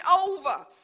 over